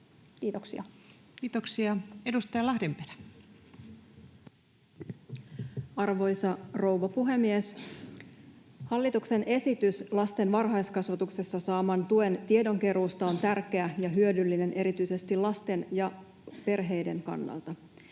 muuttamisesta Time: 14:44 Content: Arvoisa rouva puhemies! Hallituksen esitys lasten varhaiskasvatuksessa saaman tuen tiedonkeruusta on tärkeä ja hyödyllinen erityisesti lasten ja perheiden kannalta.